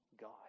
God